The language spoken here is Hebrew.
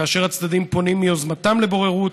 כאשר הצדדים פונים מיוזמתם לבוררות,